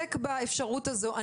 מסתפק באפשרות הזו.